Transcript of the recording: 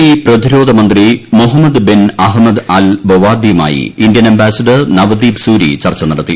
E പ്രതിരോധമന്ത്രി Mohammed bin Ahmed Al ബൊവാർഡിയുമായി Indian ambassador Navdeep Suri ചർച്ച നടത്തി